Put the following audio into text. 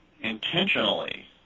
intentionally